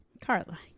carla